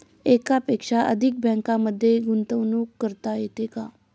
एकापेक्षा अधिक बँकांमध्ये गुंतवणूक करता येते का?